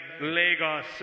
Lagos